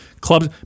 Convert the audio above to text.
clubs